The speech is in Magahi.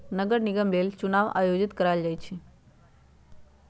नगर निगम लेल चुनाओ आयोजित करायल जाइ छइ